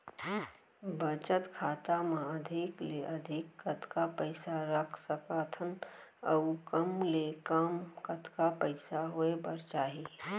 बचत खाता मा अधिक ले अधिक कतका पइसा रख सकथन अऊ कम ले कम कतका पइसा होय बर चाही?